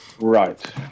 Right